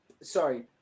sorry